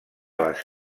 les